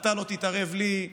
אתה לא תתערב לי,